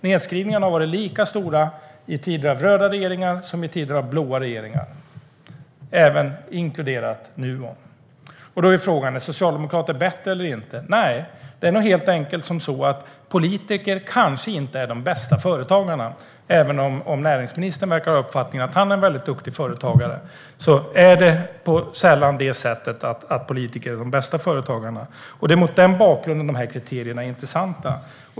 Nedskrivningarna har varit lika stora i tider med röda regeringar som i tider med blå regeringar - Nuon inkluderat. Då är frågan: Är socialdemokrater bättre? Nej, det är nog helt enkelt så att politiker inte är de bästa företagarna. Även om näringsministern verkar ha uppfattningen att han är en väldigt duktig företagare är det sällan på det sättet att politiker är de bästa företagarna. Det är mot den bakgrunden de här kriterierna är intressanta.